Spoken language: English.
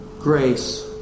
grace